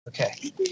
okay